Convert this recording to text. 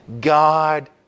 God